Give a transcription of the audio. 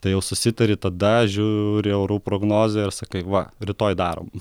tai jau susitari tada žiūri orų prognozę ir sakai va rytoj darom